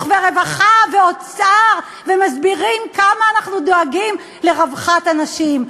ורווחה ואוצר ומסבירים כמה אנחנו דואגים לרווחת הנשים,